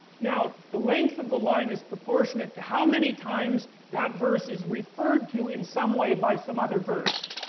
now, the length of the line is proportionate to how many times that verse is referred to in some way by some other verse.